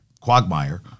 quagmire